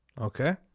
Okay